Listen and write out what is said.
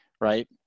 right